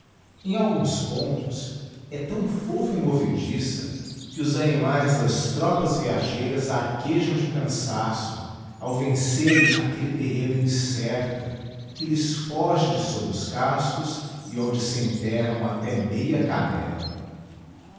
em alguns pontos é tão fofa e movediça que os animaes das tropas viajeiras arquejam de cansaço ao vencerem aquelle terreno in retiro em matto grosso é o logar onde os criadores reúnem o gado para contar e dar sal sem moradores n do auctor digiti zedby google certo que lhes foge de sob os cascos e onde se enterram até meia canella